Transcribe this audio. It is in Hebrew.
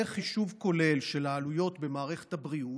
זה חישוב כולל של העלויות במערכת הבריאות.